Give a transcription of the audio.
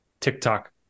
TikTok